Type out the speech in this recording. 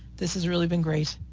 this has really been great.